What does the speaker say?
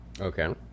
Okay